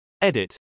Edit